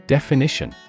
Definition